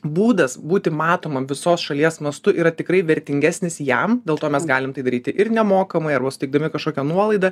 būdas būti matomam visos šalies mastu yra tikrai vertingesnis jam dėl to mes galim tai daryti ir nemokamai arba suteikdami kažkokią nuolaidą